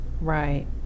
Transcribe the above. Right